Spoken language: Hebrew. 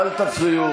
אל תפריעו.